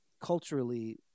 culturally